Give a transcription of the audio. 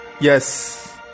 Yes